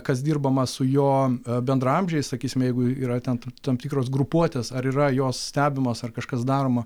kas dirbama su jo bendraamžiais sakysime jeigu yra ten tam tikros grupuotės ar yra jos stebimos ar kažkas daroma